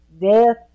death